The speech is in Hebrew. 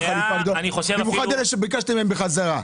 במיוחד אלה שביקשתם מהם בחזרה.